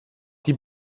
die